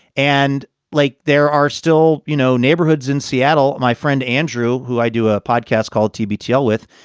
and lake, there are still, you know, neighborhoods in seattle. my friend andrew, who i do a podcast called tb t l. with.